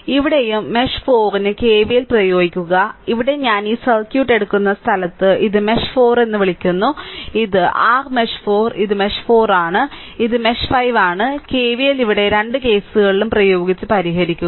ഇവിടെയും മെഷ് 4 ന് KVL പ്രയോഗിക്കുക ഇവിടെ ഞാൻ ഈ സർക്യൂട്ട് എടുക്കുന്ന സ്ഥലത്തെ ഇത് മെഷ് 4 എന്ന് വിളിക്കുന്നു ഇത് ആർ മെഷ് 4 ഇത് മെഷ് 4 ആണ് ഇത് മെഷ് 5 ആണ് കെവിഎൽ ഇവിടെ രണ്ട് കേസുകളിലും പ്രയോഗിച്ച് പരിഹരിക്കുക